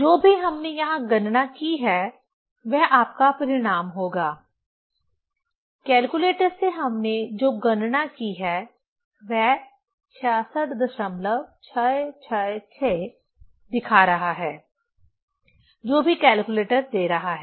जो भी हमने यहां गणना की है वह आपका परिणाम होगा कैलकुलेटर से हमने जो गणना की है वह 66666 दिखा रहा है जो भी कैलकुलेटर दे रहा है